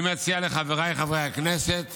אני מציע לחבריי חברי הכנסת